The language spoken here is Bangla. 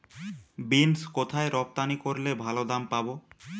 বিন্স কোথায় রপ্তানি করলে ভালো দাম পাব?